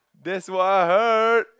that's what I heard